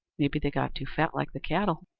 maybe they got too fat, like the cattle.